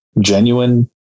genuine